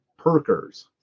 perkers